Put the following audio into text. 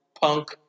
punk